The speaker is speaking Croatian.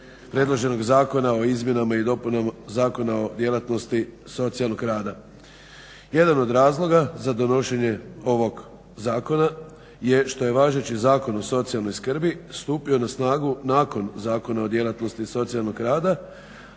predloženog Zakona o izmjenama i dopunama Zakona o djelatnosti socijalnog rada. Jedan od razloga za donošenje ovog zakona je što je važeći Zakon o socijalnoj skrbi stupio na snagu nakon Zakona o djelatnosti socijalnog rada,